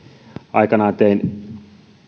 aikanaan tein